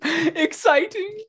Exciting